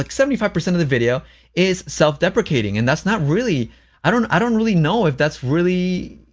like seventy five percent of the video is self-deprecating and that's not really i don't i don't really know if that's really.